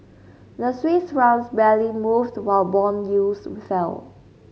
the Swiss Franc barely moved while bond yields fell